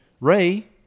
Ray